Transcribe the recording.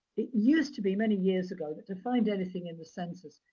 it used to be many years ago that to find anything in the census,